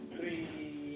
Three